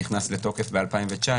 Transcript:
נכנס לתוקף ב-2019,